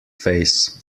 face